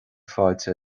fáilte